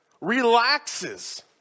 relaxes